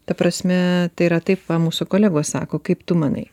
ta prasme tai yra taip va mūsų kolegos sako kaip tu manai